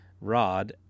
rod